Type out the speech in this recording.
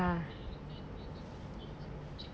ya